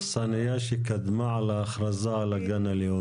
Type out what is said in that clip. אכסניה שקדמה להכרזה על הגן הלאומי,